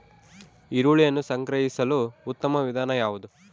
ಈರುಳ್ಳಿಯನ್ನು ಸಂಗ್ರಹಿಸಲು ಉತ್ತಮ ವಿಧಾನ ಯಾವುದು?